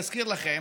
להזכיר לכם,